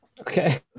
okay